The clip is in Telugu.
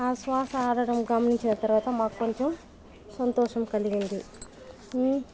ఆ శ్వాస ఆడటం గమనించిన తర్వాత మాక్కొంచం సంతోషం కలిగింది